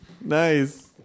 Nice